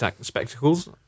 Spectacles